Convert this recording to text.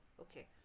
okay